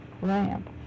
ramp